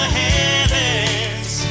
heavens